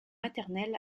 maternel